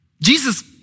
Jesus